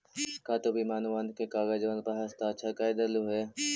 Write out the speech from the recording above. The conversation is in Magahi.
का तु बीमा अनुबंध के कागजबन पर हस्ताक्षरकर देलहुं हे?